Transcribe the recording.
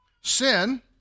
Sin